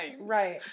Right